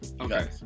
Okay